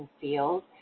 field